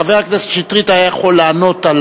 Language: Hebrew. חבר הכנסת שטרית היה יכול לענות על